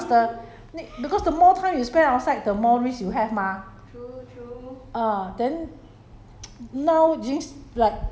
跑去 N_T_U_C 外面 then 快点拿东西 uh must come back faster n~ because the more time you spend outside the more risk you have mah